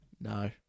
No